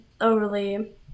overly